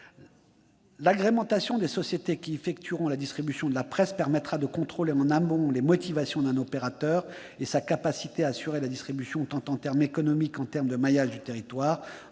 L'agrémentation des sociétés qui effectueront la distribution de la presse permettra de contrôler en amont les motivations d'un opérateur et sa capacité à assurer la distribution, en termes économiques, mais aussi pour ce qui concerne le maillage du territoire,